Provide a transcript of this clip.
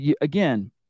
again